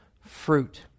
fruit